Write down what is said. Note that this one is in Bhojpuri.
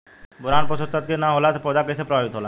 बोरान पोषक तत्व के न होला से पौधा कईसे प्रभावित होला?